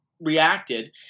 reacted